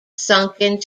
sunken